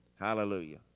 Hallelujah